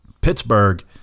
Pittsburgh